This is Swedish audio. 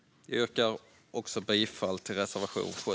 Jag yrkar bifall till reservation 7.